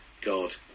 God